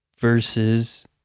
versus